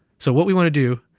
so what we want to do,